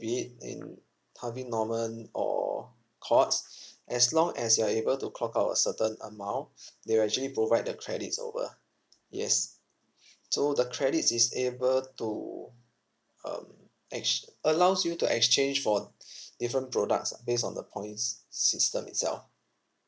be it in harvey norman or courts as long as you're able to clock out a certain amount they'll actually provide the credits over yes so the credits is able to um ex~ allows you to exchange for different products based on the points system itself